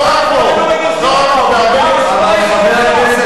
לא רק פה, לא רק פה, בהרבה מקרים.